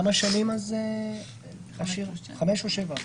חמש שנים או שבע שנים?